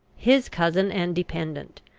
his cousin and dependent,